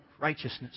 righteousness